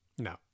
No